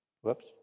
whoops